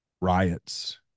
riots